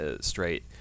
straight